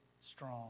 strong